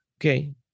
Okay